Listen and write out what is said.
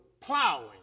plowing